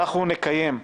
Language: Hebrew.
אנחנו נקיים,